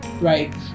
right